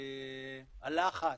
הלחץ